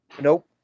Nope